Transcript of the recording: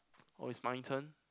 oh it's my turn